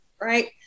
right